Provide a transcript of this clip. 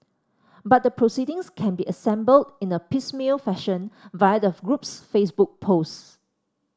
but the proceedings can be assembled in a piecemeal fashion via the group's Facebook posts